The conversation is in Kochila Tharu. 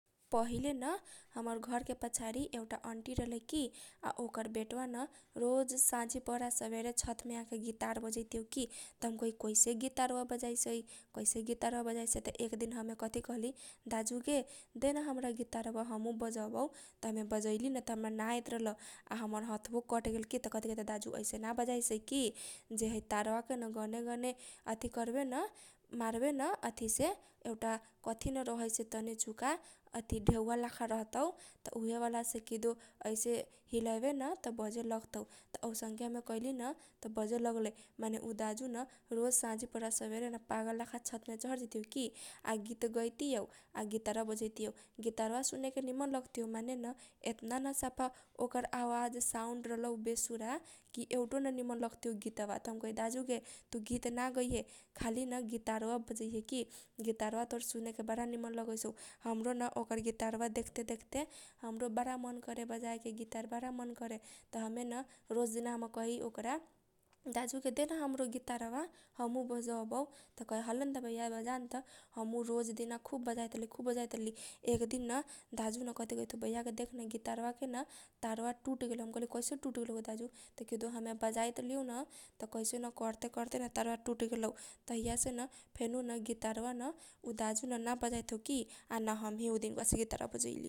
पहिले न हमर घर के पछाडि एउटा अनटी रहलै की आ ओकर बेटा वा न रोज साझी पहर आ सबरे छत मे आके गितार बजैतियौ की । त हम कही कैसे गितार वा बजाइसै कैसे गितार वा बजाइसै त एक दिन हमे कथी कहली दाजुगे देन हमरा गितार वा हमहु बजबौ। त हमे बजैलीन त ना आइत रहल आ हमर हात वो कट गेल की । त कथी कहइता दाजु अइसे ना बजाइसै की जे है तारवा केन गने गने अथी करबेन मारबे न अथीसे एउटा कथी न रहैसै तनी चुका अथी डेउवा लाखा रहतौ। त उहे बाला से कीदो अइसे हिलैएबेन त बजे लगतौ त औसनके हम कैली न । त बजे लागलै माने उ दाजु न रोज साझी पहर आ सबेरे न पागल लाखा छतमे चहर जैतिऔ आ गित गैतिऔ आ गितार वा बजैतीऔ। गितार वा सुनेके निम्न लगतिऔ माने न एतना न सफा ओकर आवाज साउड रहलौ बेसुरा की एउटो न निम्न लगतिऔ गित वा । त हम कही दाजु गे तु गित ना गैहे खाली गितार वा बजैहे की। तोहरा गितार वा सुनेके बारा निम्न लगैसौ। हामरो न ओकर गितार वा देखते देखते बारा न मन करे बजायके गितार बारा मन करे। त हमे न रोज दिना कही ओकरा दाजु गे देन हमरो गितार वा हमहु बजबौ त कहे हले न त बैया बजा न त । हमहु रोज दिना खुब बजाइ त रहली खुब बजाइ त रहली। त एक दिना दाजु कथी कहैत हौ बैया गे देख न गितार वा केन तारवा टुट गेलौ। त हम कहली केसे टुट गेलौ दाजु त किदो हमे बजाइत रहलीऔ न त कसैन करते करते न तायवा टुट गेलौ। तहिया सेन फेनु न गितार वा उ दाजु न ना बजाइत हौ की ना हमही उ दिनका बा से बजैली।